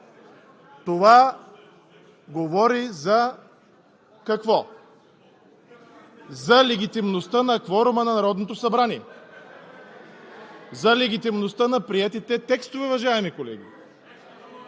Това говори за – какво – легитимността на кворума на Народното събрание (смях от ГЕРБ), за легитимността на приетите текстове, уважаеми колеги!